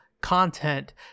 content